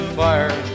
fire